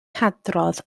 hadrodd